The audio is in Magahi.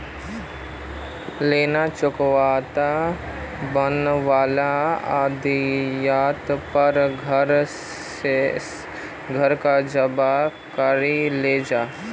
लोन ना चुकावाता बैंक वाला आदित्य तेरे घर रोक जब्त करो ली छे